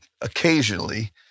occasionally